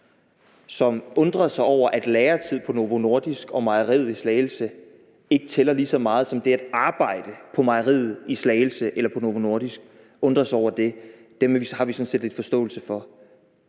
som undrer sig over, at læretid på Novo Nordisk og mejeriet i Slagelse ikke tæller lige så meget, som det at arbejde på mejeriet i Slagelse eller på Novo Nordisk, har vi sådan set en forståelse for.